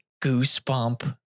goosebump